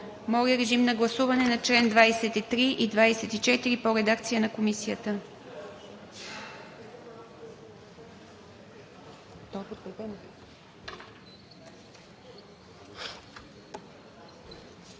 Моля, режим на гласуване на чл. 23 и чл. 24 по редакция на Комисията.